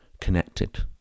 connected